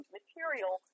material